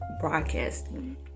broadcasting